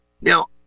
Now